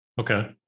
Okay